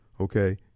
okay